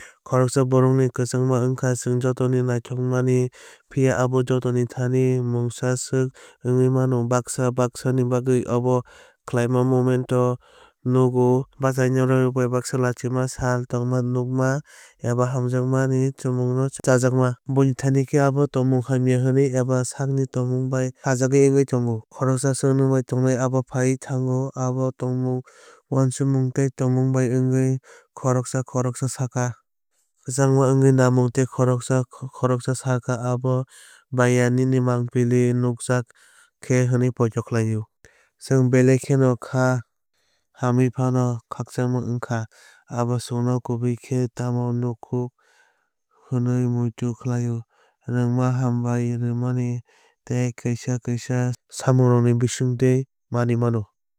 Khoroksa borokni kwchangma wngkha chwng jotono naitukmani phiya abo jotoni thani mungsa swk wngwui mano. Baksa baksani bagwi abo kwlai moment o nugo bachanairok bai baksa lachima sal tongma nukma eba hamjakmani chamungno chajakma. Buini thani khe abo thwngmung hamya eba sakni thwngmung bai khajagwui wngwui tongo. Khoroksa swk nwng bai tongnai abo phaiwi thango abo tongmung uansukmung tei tongmung bai wngwi khoroksa khoroksa sakha. Khakchangma wngkha nangmung tei khoroksa khoroksa sakha abo baiya ni mangpili nukjak kha hwnwi poito khlaio. Chwng belai no kha hamoui phano khakchangma wngkha. Abo chwngno kubui khe tamo nukhuk hwnwi muitu khlaio. Rwrwngma hambai rwmani tei kisa kisa samungrokni bisingtwi manwui mano.